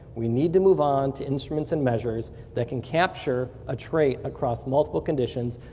we need to move on to instruments and measures that can capture a trait across multiple conditions,